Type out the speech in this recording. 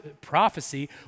prophecy